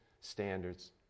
standards